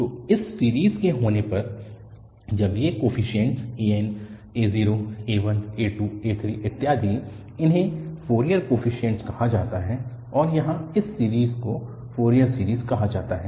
तो इस सीरीज़ के होने पर अब ये कोफीशिएंट an a0 a1a2a3 इत्यादि उन्हें फ़ोरियर कोफीशिएंट कहा जाता है और यहाँ इस सीरीज़ को फ़ोरियर सीरीज़ कहा जाता है